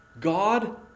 God